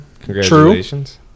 Congratulations